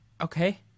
Okay